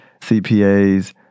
CPAs